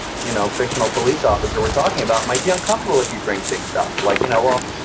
you know, fictional police officer we're talking about might be uncomfortable if you bring things up like, you know, well,